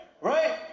Right